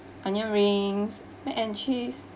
onion rings mac and cheese